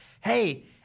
hey